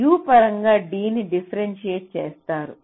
U పరంగా D ని differentiate చేస్తారు